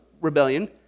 rebellion